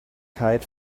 kite